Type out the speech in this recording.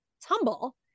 tumble